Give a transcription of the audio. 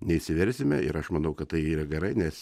neišsiversime ir aš manau kad tai yra gerai nes